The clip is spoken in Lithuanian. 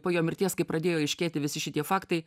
po jo mirties kai pradėjo aiškėti visi šitie faktai